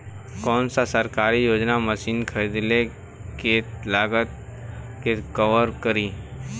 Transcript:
कौन सरकारी योजना मशीन खरीदले के लागत के कवर करीं?